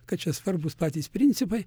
kad čia svarbūs patys principai